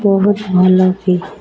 ବହୁତ ଭଲ କି